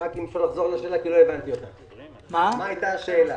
מה הייתה השאלה?